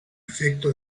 efecto